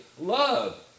love